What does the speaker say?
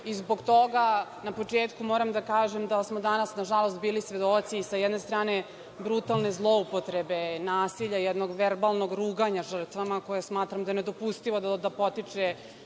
i zbog toga na početku moram da kažem da smo danas bili svedoci i sa jedne strane brutalne zloupotrebe nasilja, jednog verbalnog ruganja žrtvama koje smatram da je nedopustivo da potiče